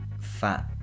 fat